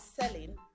selling